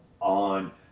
on